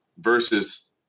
versus